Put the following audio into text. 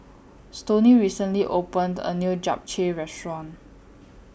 Stoney recently opened A New Japchae Restaurant